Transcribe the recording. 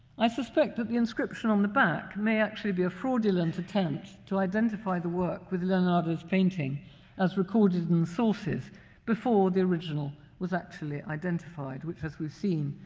i suspect that the inscription on the back may actually be a fraudulent attempt to identify the work with leonardo's painting as recorded in the sources before the original was actually identified, which, as we've seen,